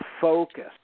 focus